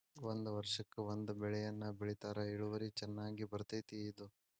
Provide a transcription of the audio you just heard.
ಒಂದ ವರ್ಷಕ್ಕ ಒಂದ ಬೆಳೆಯನ್ನಾ ಬೆಳಿತಾರ ಇಳುವರಿ ಚನ್ನಾಗಿ ಬರ್ತೈತಿ ಇದು